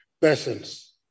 persons